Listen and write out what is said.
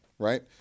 Right